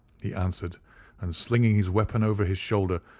he answered and, slinging his weapon over his shoulder,